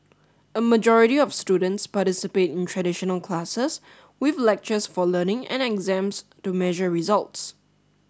a majority of students participate in traditional classes with lectures for learning and exams to measure results